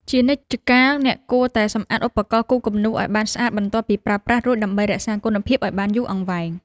ជានិច្ចកាលអ្នកគួរតែសម្អាតឧបករណ៍គូរគំនូរឱ្យបានស្អាតបន្ទាប់ពីប្រើប្រាស់រួចដើម្បីរក្សាគុណភាពឱ្យបានយូរអង្វែង។